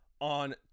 on